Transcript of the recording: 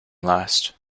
last